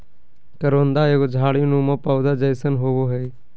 करोंदा एगो झाड़ी नुमा पौधा जैसन होबो हइ